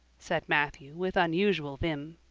said matthew with unusual vim.